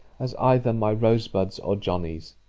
as either my rose-bud's, or johnny's!